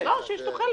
או שיש תוחלת.